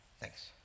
Thanks